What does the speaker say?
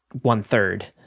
one-third